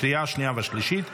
לקריאה השנייה והשלישית.